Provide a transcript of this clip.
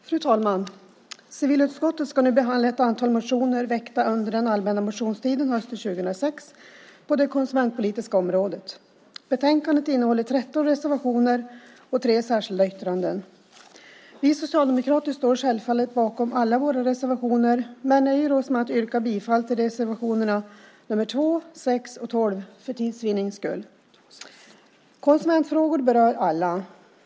Fru talman! Civilutskottet ska nu behandla ett antal motioner på det konsumentpolitiska området väckta under den allmänna motionstiden hösten 2006. Betänkandet innehåller 13 reservationer och 3 särskilda yttranden. Vi socialdemokrater står självfallet bakom alla våra reservationer, men jag nöjer mig med att yrka bifall till reservationerna 2, 6 och 12 för tids vinnings skull. Konsumentfrågorna berör alla.